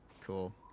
Cool